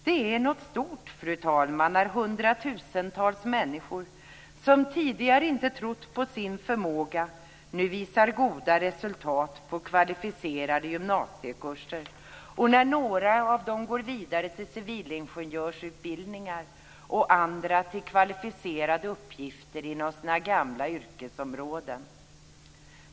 Det är något stort, fru talman, när hundratusentals människor som tidigare inte trott på sin förmåga nu visar goda resultat på kvalificerade gymnasiekurser och när några av dem går vidare till civilingenjörsutbildningar och andra till kvalificerade uppgifter inom sina gamla yrkesområden.